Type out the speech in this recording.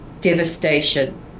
devastation